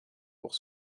pour